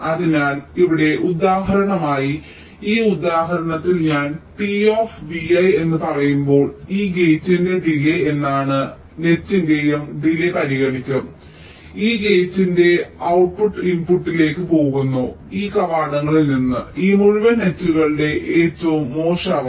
അതിനാൽ ഇവിടെ ഉദാഹരണമായി ഈ ഉദാഹരണത്തിൽ ഞാൻ t of vi എന്ന് പറയുമ്പോൾ ഈ ഗേറ്റിന്റെ ഡിലേയ് എന്നാണ് അർത്ഥമാക്കുന്നത് ഞാൻ t of ei എന്ന് പറയുമ്പോൾ ഇത് ഈ മുഴുവൻ വലയുടെയും ഡിലേയ് പരിഗണിക്കും ഈ ഗേറ്റിന്റെ ഔട്ട്പുട്ട് ഇൻപുട്ടുകളിലേക്ക് പോകുന്നു ഈ കവാടങ്ങളിൽ നിന്ന് ഈ മുഴുവൻ നെറ്റുകൾടെ ഏറ്റവും മോശം അവസ്ഥ